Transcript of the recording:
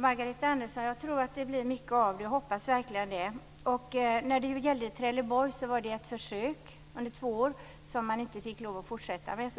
Herr talman! Jo, Margareta Andersson, jag hoppas verkligen att det blir mycket av det. I Trelleborg var det fråga om ett försök under två år som man inte fick fortsätta med.